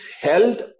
held